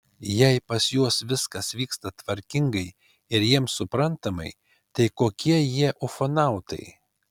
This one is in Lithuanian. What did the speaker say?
o jei pas juos viskas vyksta tvarkingai ir jiems suprantamai tai kokie jie ufonautai